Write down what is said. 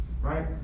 right